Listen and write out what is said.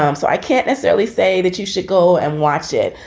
um so i can't necessarily say that you should go and watch it,